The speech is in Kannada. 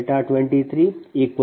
5cos 23 0